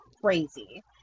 crazy